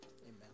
amen